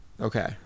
Okay